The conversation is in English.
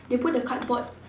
they put the cardboard